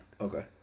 Okay